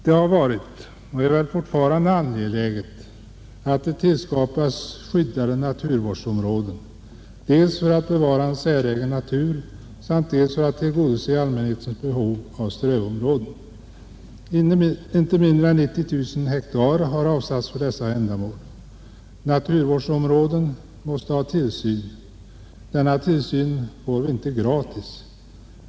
Det har varit och är väl fortfarande angeläget att det tillskapas skyddade naturvårdsområden, dels för att bevara en säregen natur, dels för att tillgodose allmänhetens behov av strövområden. Inte mindre än 90 000 hektar har avsatts för dessa ändamål. Naturvårdsområden måste ha tillsyn. Denna tillsyn får vi icke gratis.